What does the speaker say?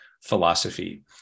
philosophy